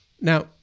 Now